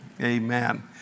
amen